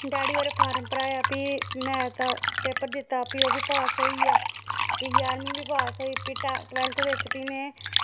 daddy होरें form भरेआ फ्ही में मैथ दा पेपर दित्ता फ्ही ओह्बी पास होई गेआ ते फ्ही ग्यारमीं बी पास होई गेई फ्ही टबैल्फ्थ बिच फ्ही में